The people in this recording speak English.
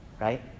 right